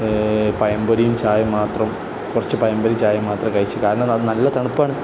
പഴം പൊരി ചായ മാത്രം കുറച്ചു പഴംപൊരി ചായ മാത്രം കഴിച്ചു കാരണം അത് നല്ല തണുപ്പാണ്